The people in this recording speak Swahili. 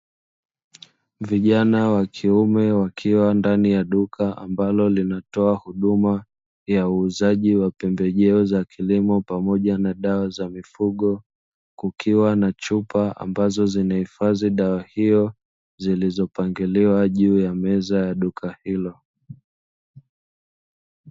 Vijana wa kiume wakiwa ndani ya duka, ambalo linatoa huduma ya uuzaji wa pembejeo za kilimo, pamoja na dawa za mifugo. Kukiwa na chupa ambazo zinahifadhi dawa hiyo, zilizopangiliwa juu ya meza ya duka hilo.